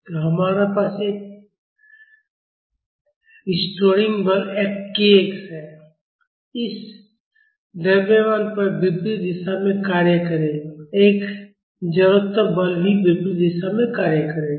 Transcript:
तो हमारे पास एक प्रत्यानयन बल kx है इस द्रव्यमान पर विपरीत दिशा में कार्य करेगा और एक जड़त्व बल भी विपरीत दिशा में कार्य करेगा